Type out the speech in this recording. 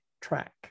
track